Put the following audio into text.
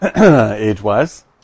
age-wise